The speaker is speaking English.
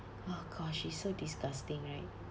oh gosh it's so disgusting right